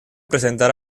presentar